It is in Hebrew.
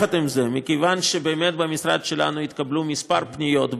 והן צריכות לעמוד בתקנות האלה.